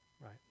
right